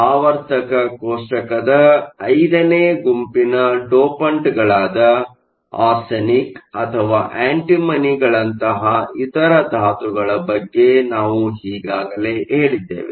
ಆವರ್ತಕ ಕೋಷ್ಷಕದ 5ನೇ ಗುಂಪಿನ ಡೋಪಂಟ್ ಗಳಾದ ಆರ್ಸೆನಿಕ್ ಅಥವಾ ಆಂಟಿಮನಿಗಳಂತಹ ಇತರ ಧಾತುಗಳ ಬಗ್ಗೆ ನಾವು ಈಗಾಗಲೇ ಹೇಳಿದ್ದೇವೆ